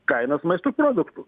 kainas maisto produktų